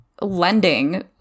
lending